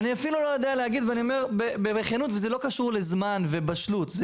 בכנות אני אפילו לא יודע להגיד וזה לא קשור לזמן או לבשלות זה